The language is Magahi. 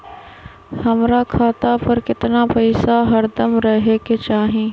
हमरा खाता पर केतना पैसा हरदम रहे के चाहि?